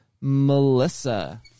Melissa